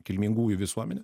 kilmingųjų visuomenė